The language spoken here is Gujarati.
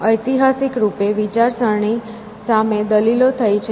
ઐતિહાસિક રૂપે વિચારસરણી સામે દલીલો થઈ છે